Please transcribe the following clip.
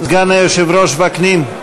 היושב-ראש וקנין.